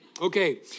Okay